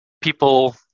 people